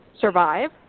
survive